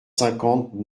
cinquante